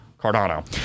Cardano